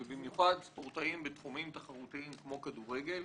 במיוחד ספורטאים בתחומים תחרותיים כמו כדורגל,